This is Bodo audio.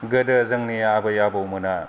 गोदो जोंनि आबै आबौ मोना